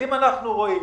אם אנחנו רואים